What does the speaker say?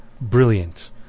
Brilliant